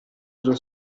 dello